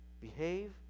behave